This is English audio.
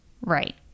Right